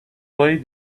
why